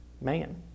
man